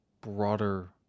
broader